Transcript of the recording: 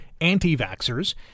anti-vaxxers